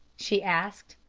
she asked.